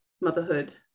motherhood